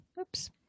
Oops